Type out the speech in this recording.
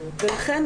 לכן,